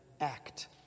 act